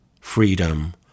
freedom